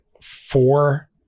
four